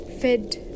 fed